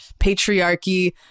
patriarchy